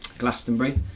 Glastonbury